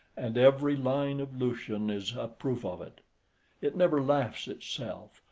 and every line of lucian is a proof of it it never laughs itself,